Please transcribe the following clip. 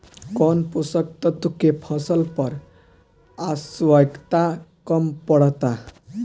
कौन पोषक तत्व के फसल पर आवशयक्ता कम पड़ता?